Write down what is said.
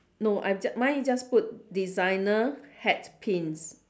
no i ju~ mine is just put designer hat pins